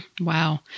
Wow